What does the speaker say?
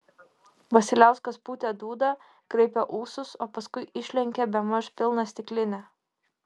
vasiliauskas pūtė dūdą kraipė ūsus o paskui išlenkė bemaž pilną stiklinę